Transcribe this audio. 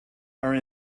are